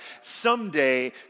Someday